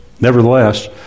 Nevertheless